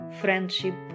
friendship